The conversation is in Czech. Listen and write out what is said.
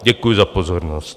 Děkuji za pozornost.